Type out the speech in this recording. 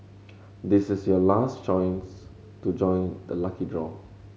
this is your last chance to join the lucky draw